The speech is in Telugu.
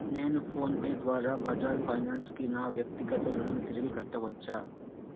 నేను ఫోన్పే ద్వారా బజాజ్ ఫైనాన్స్కి నా వ్యక్తిగత రుణం తిరిగి కట్టవచ్చా